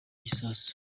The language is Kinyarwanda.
gisasu